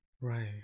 Right